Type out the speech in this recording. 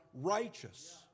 Righteous